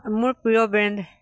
মোৰ প্ৰিয় ব্ৰেণ্ড